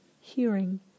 Hearing